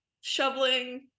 shoveling